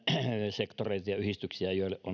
sektoreita ja yhdistyksiä joille